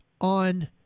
on